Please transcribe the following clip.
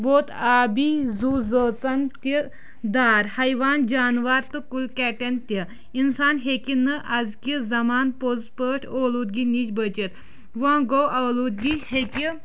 ووت آبی زُو زٲژَن تہٕ دار حیٚوان جاناوار تہٕ کُلۍ کٹٮ۪ن تہِ اِنسان ہیٚکہِ نہٕ ازکہِ زَمان پوٚز پٲٹھۍ اولوٗدگی نِش بٔچِتھ وۄنۍ گوٚو اولوٗدگی ہیٚکہِ